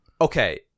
okay